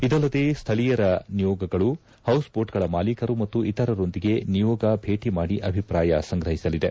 ಇದಲ್ಲದೆ ಸ್ಥಳೀಯರ ನಿಯೋಗಗಳು ಹೌಸ್ಬೋಟ್ಗಳ ಮಾಲೀಕರು ಮತ್ತು ಇತರರೊಂದಿಗೆ ನಿಯೋಗ ಭೇಟಿ ಮಾಡಿ ಅಭಿಪ್ರಾಯ ಸಂಗ್ರಹಿಸಲಿದೆ